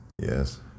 Yes